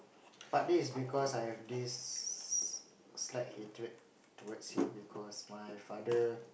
partly it's because I have this slight hatred towards him because my father